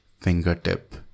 fingertip